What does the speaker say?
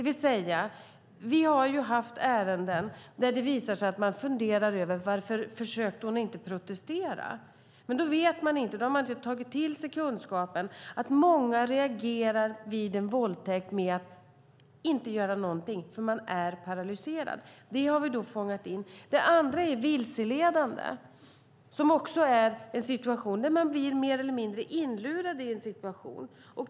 Vi har haft ärenden där man funderat över varför kvinnan inte försökte protestera. Då har man inte tagit till sig kunskapen att många reagerar vid en våldtäkt med att inte göra någonting, för de är paralyserade. Det har vi fångat in. Det andra är vilseledande, som är en situation där man mer eller mindre blir inlurad i en situation.